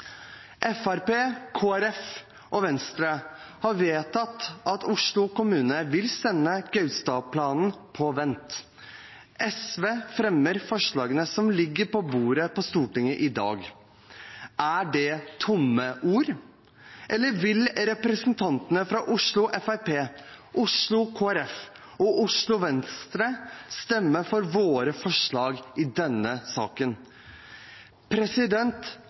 og Venstre har vedtatt at Oslo kommune skal sette Gaustad-planen på vent. SV fremmer forslagene som ligger på bordet i Stortinget i dag. Er det tomme ord, eller vil representantene fra Oslo Fremskrittsparti, Oslo Kristelig Folkeparti og Oslo Venstre stemme for våre forslag i denne saken?